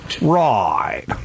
Right